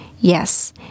Yes